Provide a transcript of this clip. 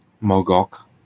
Mogok